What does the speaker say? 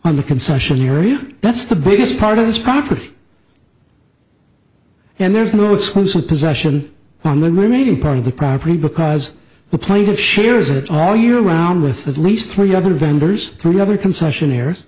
on the concessionary that's the biggest part of this property and there's no exclusive possession on the remaining part of the property because the plaintiff shares it all year round with the least three other vendors through other concessionair